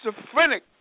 schizophrenic